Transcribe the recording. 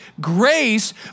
grace